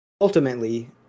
ultimately